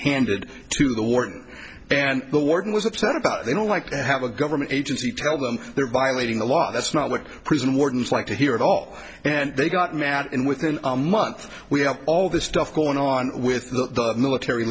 handed to the war and the warden was upset about they don't like to have a government agency tell them they're violating the law that's not what prison wardens like to hear at all and they got mad and within a month we have all this stuff going on with the military